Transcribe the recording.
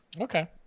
Okay